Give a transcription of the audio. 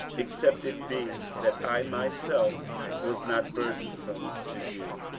except it be that i myself was not burdensome to you?